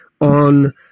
on